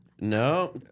No